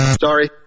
Sorry